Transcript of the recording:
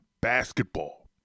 basketball